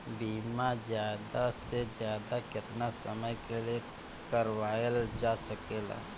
बीमा ज्यादा से ज्यादा केतना समय के लिए करवायल जा सकेला?